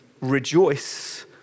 rejoice